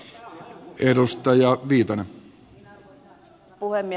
arvoisa herra puhemies